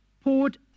poured